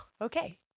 okay